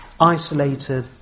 isolated